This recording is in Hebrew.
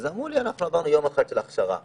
הם אמרו שהם עברו יום אחד של הכשרה.